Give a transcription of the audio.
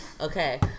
Okay